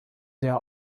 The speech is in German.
der